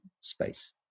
space